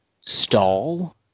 stall